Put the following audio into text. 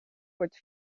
wordt